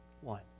one